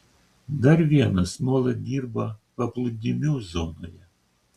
dar vienas nuolat dirba paplūdimių zonoje